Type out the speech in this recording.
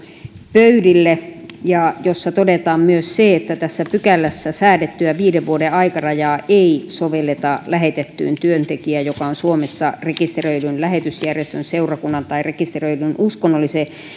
pöydille ja jossa todetaan myös se että tässä pykälässä säädettyä viiden vuoden aikarajaa ei sovelleta lähetettyyn työntekijään joka on suomessa rekisteröidyn lähetysjärjestön seurakunnan tai rekisteröidyn uskonnollisen